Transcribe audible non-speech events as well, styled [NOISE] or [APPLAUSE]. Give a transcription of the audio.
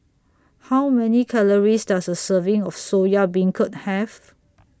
How Many Calories Does A Serving of Soya Beancurd Have [NOISE]